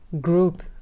group